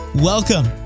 Welcome